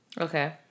Okay